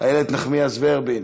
איילת נחמיאס-ורבין,